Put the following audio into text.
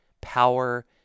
power